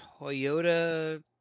Toyota